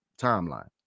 timeline